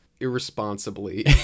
irresponsibly